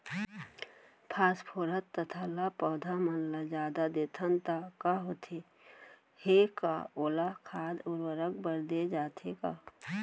Phosphorus तथा ल पौधा मन ल जादा देथन त का होथे हे, का ओला खाद उर्वरक बर दे जाथे का?